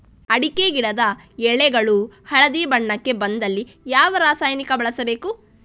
ಅಡಿಕೆ ಗಿಡದ ಎಳೆಗಳು ಹಳದಿ ಬಣ್ಣಕ್ಕೆ ಬಂದಲ್ಲಿ ಯಾವ ರಾಸಾಯನಿಕ ಬಳಸಬೇಕು?